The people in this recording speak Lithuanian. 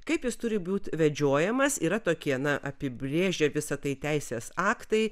kaip jis turi būt vedžiojamas yra tokie na apibrėžia visą tai teisės aktai